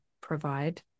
provide